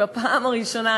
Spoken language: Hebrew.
בפעם הראשונה,